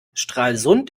stralsund